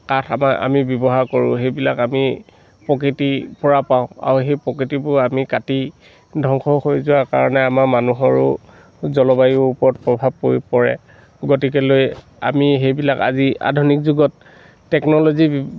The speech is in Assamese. কাঠ আমাৰ আমি ব্যৱহাৰ কৰোঁ সেইবিলাক আমি প্ৰকৃতিৰ পৰা পাওঁ আৰু সেই প্ৰকৃতিৰ পৰা আমি কাটি ধংস কৰি যোৱা কাৰণে আমাৰ মানুহৰো জলবায়ুৰ ওপৰত প্ৰভাৱ পৰি পৰে গতিকে সেইটো লৈ আমি সেইবিলাক আজি আধুনিক যুগত টেকনলজি